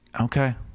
Okay